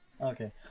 Okay